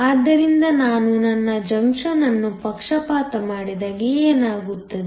ಆದ್ದರಿಂದ ನಾನು ನನ್ನ ಜಂಕ್ಷನ್ ಅನ್ನು ಪಕ್ಷಪಾತ ಮಾಡಿದಾಗ ಏನಾಗುತ್ತದೆ